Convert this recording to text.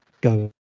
go